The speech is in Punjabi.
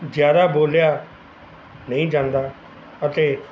ਜ਼ਿਆਦਾ ਬੋਲਿਆ ਨਹੀਂ ਜਾਂਦਾ ਅਤੇ